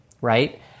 right